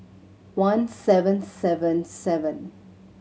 one seven seven seven